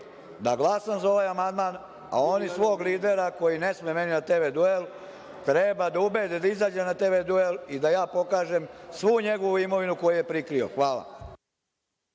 da glasam za ovaj amandman, a oni svog lidera, koji ne sme meni na TV duel, treba da ubede da izađe na TV duel i da ja pokažem svu njegovu imovinu koju je prikrio. Hvala.